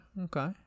Okay